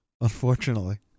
unfortunately